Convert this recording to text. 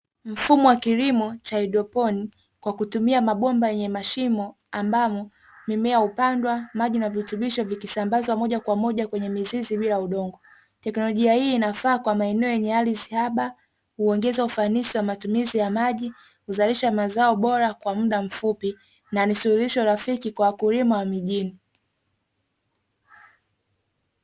Mfumo wa kilimo cha haidroponi kwa kutumia mabomba yenye mashimo ambamo mimea hupandwa maji na virutubisho vikisambazwa moja kwa moja kwenye mizizi bila udongo. Teknolojia hii inafaa kwa maeneo yenye ardhi haba huongeza ufanisi wa matumizi ya maji, kuzalisha mazao bora kwa mda mfupi na ni suluhisho rafiki kwa wakulima wa mijini.